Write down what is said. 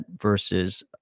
versus